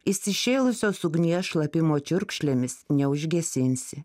įsišėlusios ugnies šlapimo čiurkšlėmis neužgesinsi